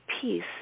peace